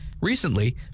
Recently